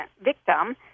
victim